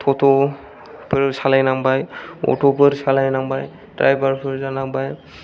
ट'टबो सालायनांबाय अट'फोर सालायनांबाय ड्रायभार फोर जानांबाय